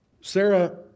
Sarah